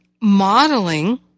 modeling